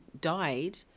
died